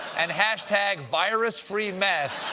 and hashtag virus-free meth.